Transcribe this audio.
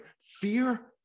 Fear